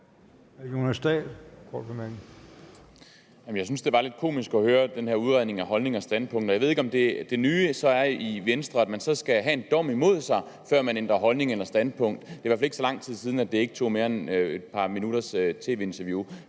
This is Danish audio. Jeg synes, det var lidt komisk at høre den her udredning af holdning og standpunkt, og jeg ved ikke, om det nye i Venstre så er, at man skal have en dom imod sig, før man ændrer holdning eller standpunkt. Det er i hvert fald ikke så lang tid siden, at det ikke tog mere end et par minutters tv-interview,